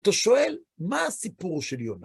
אתה שואל, מה הסיפור של יונה?